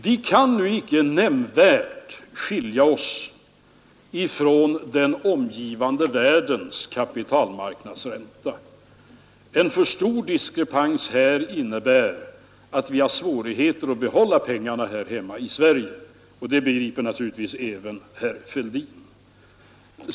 Vi kan nu inte nämnvärt skilja oss från den omgivande världens kapitalmarknadsränta. En för stor diskrepans innebär att vi har svårigheter att behålla pengarna här hemma i Sverige. Det begriper naturligtvis även herr Fälldin.